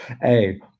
Hey